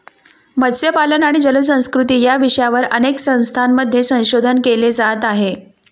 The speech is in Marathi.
मत्स्यपालन आणि जलसंस्कृती या विषयावर अनेक संस्थांमध्ये संशोधन केले जात आहे